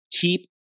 keep